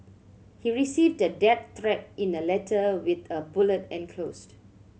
he received a death threat in a letter with a bullet enclosed